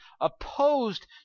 opposed